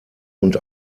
und